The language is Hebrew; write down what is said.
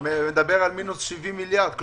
הוא מדבר על מינוס 70 מיליארד שקל,